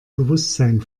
bewusstsein